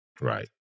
Right